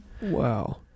Wow